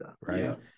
right